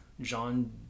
Jean